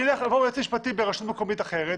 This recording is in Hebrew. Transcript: אם יבוא יועץ משפטי ברשות מקומית אחרת,